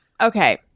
Okay